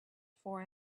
for